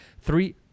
Three